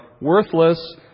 worthless